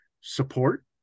support